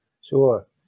Sure